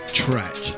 track